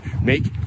make